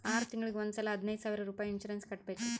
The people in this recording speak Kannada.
ಆರ್ ತಿಂಗುಳಿಗ್ ಒಂದ್ ಸಲಾ ಹದಿನೈದ್ ಸಾವಿರ್ ರುಪಾಯಿ ಇನ್ಸೂರೆನ್ಸ್ ಕಟ್ಬೇಕ್